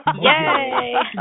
Yay